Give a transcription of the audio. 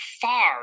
far